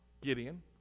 Gideon